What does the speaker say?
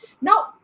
Now